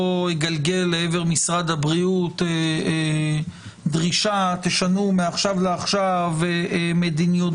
אגלגל לעבר משרד הבריאות דרישה לשנות מעכשיו לעכשיו מדיניות,